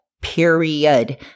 period